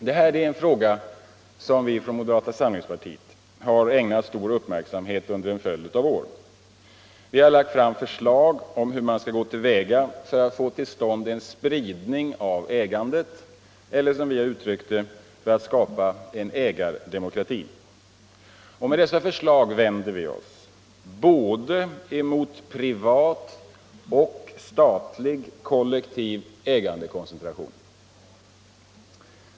Det här är en fråga som vi från moderata samlingspartiet har ägnat stor uppmärksamhet under en följd av år. Vi har lagt fram förslag om hur man skall gå till väga för att få till stånd en spridning av ägandet eller, som vi har uttryckt det, för att skapa en ägardemokrati. Med dessa förslag vänder vi oss både mot privat och mot statlig kollektiv ägandekoncentration.